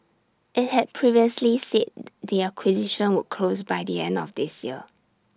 IT had previously said the acquisition would close by the end of this year